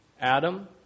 Adam